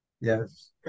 yes